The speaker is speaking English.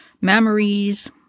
memories